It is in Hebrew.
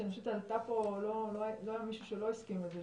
שאני חושבת שעלתה פה ולא היה מישהו שלא הסכים לזה,